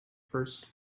first